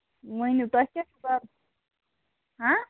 ؤنِو تۄہہِ کیٛاہ چھُو کَرُن ہاں